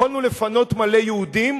יכולנו לפנות מלא יהודים,